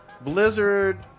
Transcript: Blizzard